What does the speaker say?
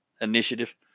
initiative